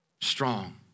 Strong